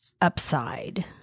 Upside